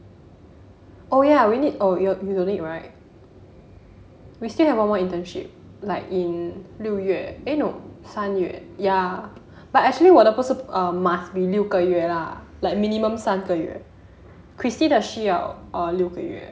oh ya we need or you you don't need right we still have one more internship like in 六月 eh no 三月 ya but actually 我的不是 must be 六个月 lah like minimum 三个月 christine 的需要 err 六个月